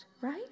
right